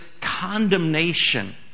condemnation